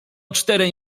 czterej